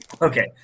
Okay